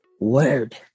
word